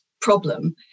problem